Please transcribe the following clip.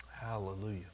Hallelujah